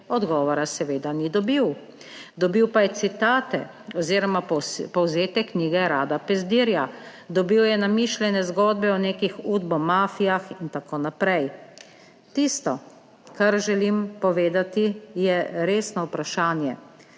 odgovora seveda ni dobil. Dobil pa je citate oz. povzetek knjige Rada Pezdirja. Dobil je namišljene zgodbe o nekih udbomafijah itn. Tisto, kar želim povedati, je resno vprašanje